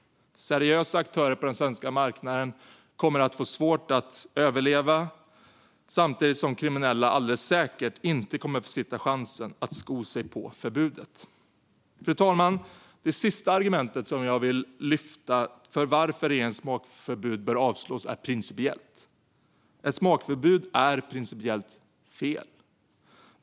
Seriösa aktörer på den svenska marknaden kommer att få svårt att överleva samtidigt som kriminella alldeles säkert inte kommer att försitta chansen att sko sig på förbudet. Fru talman! Det sista argument som jag vill lyfta fram för varför regeringens smakförbud bör avslås är principiellt. Ett smakförbud är principiellt fel.